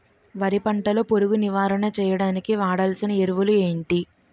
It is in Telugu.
వరి పంట లో పురుగు నివారణ చేయడానికి వాడాల్సిన ఎరువులు ఏంటి?